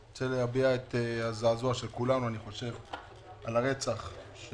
אני רוצה להביע את הזעזוע של כולנו על הרצח של